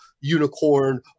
unicorn